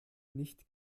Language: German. nicht